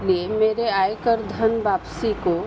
लिए मेरे आयकर धन वापसी को